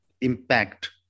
impact